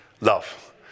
love